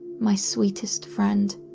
my sweetest friend.